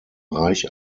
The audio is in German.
reich